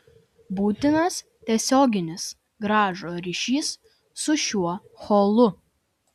būtinas tiesioginis garažo ryšys su šiuo holu